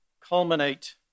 culminate